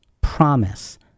promise